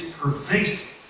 pervasive